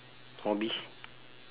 hobbies